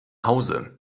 hause